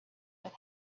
with